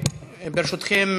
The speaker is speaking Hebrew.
ברשותכם,